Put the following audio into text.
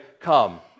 come